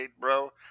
bro